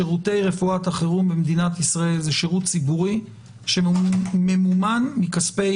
שירותי רפואת חירום במדינת ישראל זה שירות ציבורי שממומן מכספי